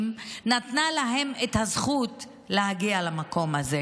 נתנו להן את הזכות להגיע למקום הזה,